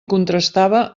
contrastava